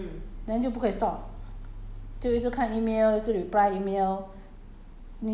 ya that's why lah 就 that's why 一开那个 laptop 就开始做工了 then 就不可以 stop